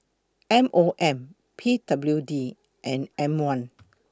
M O M P W D and M one